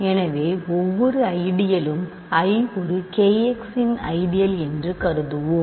எனவே ஒவ்வொரு ஐடியழும் I ஒரு K x இன் ஐடியல் என்று கருதுவோம்